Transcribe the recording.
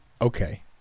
Okay